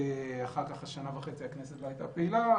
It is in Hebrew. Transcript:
ואחר כך שנה וחצי הכנסת לא הייתה פעילה,